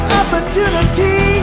opportunity